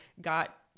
got –